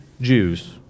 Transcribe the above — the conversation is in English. Jews